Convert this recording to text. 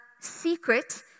secret